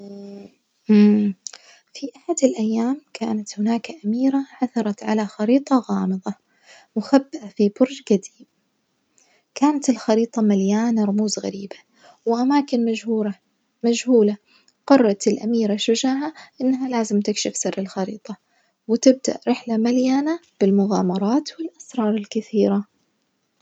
في أحد الأيام كانت هناك أميرة عثرت على خريطة غامضة مخبأة في برج جديم, كانت الخريطة مليانة رموز غريبة وأماكن مجهورة-مجهولة قررت الأميرة الشجاعة إنها لازم تكشف سر الخريطة وتبدأ رحلة مليانة بالمغامرات والأسرار الكثيرة.